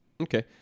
Okay